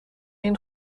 این